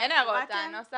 את זה